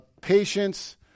patience